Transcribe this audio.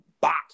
box